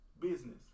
business